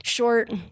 short